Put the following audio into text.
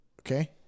Okay